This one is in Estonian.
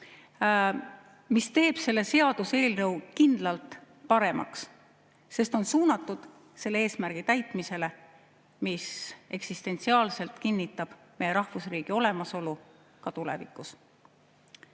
See teeb selle seaduseelnõu kindlalt paremaks, sest on suunatud selle eesmärgi täitmisele, mis eksistentsiaalselt kinnitab meie rahvusriigi olemasolu ka tulevikus.